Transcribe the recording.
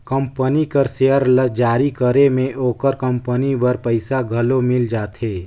company कर share ल जारी करे में ओकर कंपनी बर पइसा घलो मिल जाथे